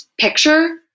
picture